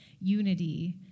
unity